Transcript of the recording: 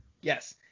yes